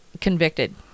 convicted